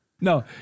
No